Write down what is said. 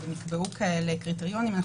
ונקבעו קריטריונים כאלה,